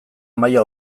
maila